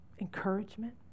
Encouragement